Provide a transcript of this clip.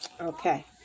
Okay